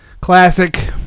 classic